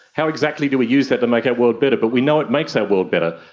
how exactly do we use that to make our world better, but we know it makes our world better,